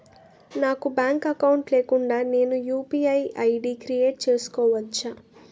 నాకు bank account లేకుండా నేను యు.పి.ఐ ఐ.డి క్రియేట్ చేసుకోవచ్చా?